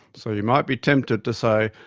so you might be tempted to say,